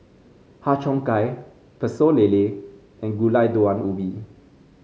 Har Cheong Gai Pecel Lele and Gulai Daun Ubi